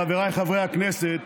חבריי חברי הכנסת,